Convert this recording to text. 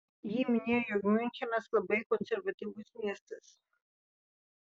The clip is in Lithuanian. ji minėjo jog miunchenas labai konservatyvus miestas